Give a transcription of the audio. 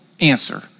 answer